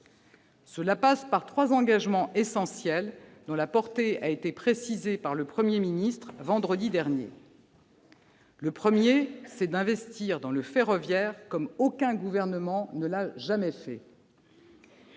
Cela passe par trois engagements essentiels dont la portée a été précisée vendredi dernier par le Premier ministre. Le premier, c'est d'investir dans le ferroviaire comme aucun gouvernement ne l'a jamais fait.